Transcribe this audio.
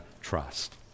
trust